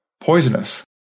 poisonous